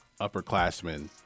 upperclassmen